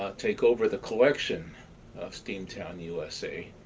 ah take over the collection of steamtown usa,